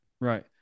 Right